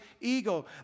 ego